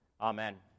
Amen